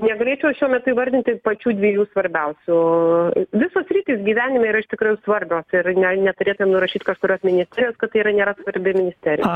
negalėčiau aš šiuo metu įvardyti pačių dviejų svarbiausiu visos sritys gyvenime yra iš tikrųjų svarbios ir ne neturėtumėm nurašyt kažkurios ministerijos kad tai yra nėra svarbi ministerija